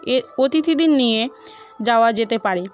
এ অতিথিদের নিয়ে যাওয়া যেতে পারে